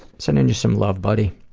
sending you some love, buddy.